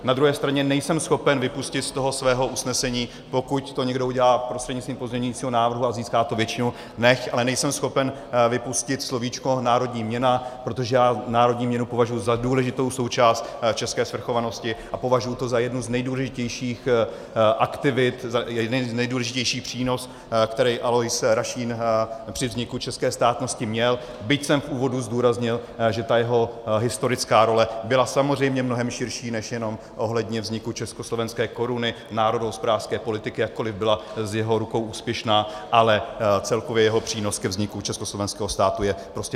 Na druhé straně nejsem schopen vypustit z toho svého usnesení, pokud to někdo udělá prostřednictvím pozměňovacího návrhu a získá to většinu, nechť, ale nejsem schopen vypustit slovíčko národní měna, protože já národní měnu považuji za důležitou součást české svrchovanosti a považuji to za jednu z nejdůležitějších aktivit, za nejdůležitější přínos, který Alois Rašín při vzniku české státnosti měl, byť jsem v úvodu zdůraznil, že ta jeho historická role byla samozřejmě mnohem širší než jenom ohledně vzniku československé koruny, národohospodářské politiky, jakkoli byla z jeho rukou úspěšná, ale celkově jeho přínos ke vzniku československého státu je prostě neopominutelný.